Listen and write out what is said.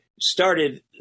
started